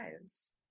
lives